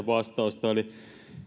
vastausta eli